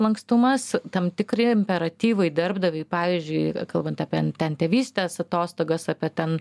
lankstumas tam tikri imperatyvai darbdaviui pavyzdžiui kalbant apie ten tėvystės atostogas apie ten